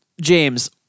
James